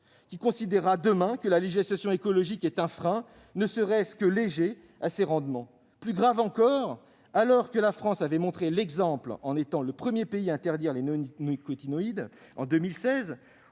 qui considérera demain que la législation écologique est un frein, ne serait-ce que léger, à ses rendements. Plus grave encore, alors que la France avait montré l'exemple en étant le premier pays à interdire les néonicotinoïdes en 2016,